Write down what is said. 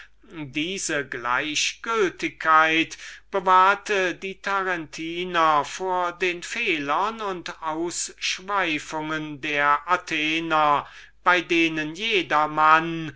diese gleichgültigkeit bewahrte die tarentiner vor den fehlern und ausschweifungen der athenienser bei denen jedermann